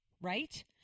right